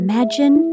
Imagine